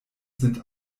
sind